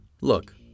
Look